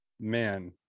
man